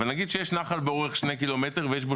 אבל נגיד שיש נחל באורך שני ק"מ ויש בו